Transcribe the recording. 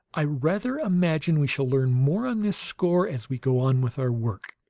i rather imagine we shall learn more on this score as we go on with our work.